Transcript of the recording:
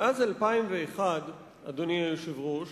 מאז 2001, אדוני היושב-ראש,